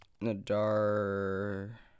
Nadar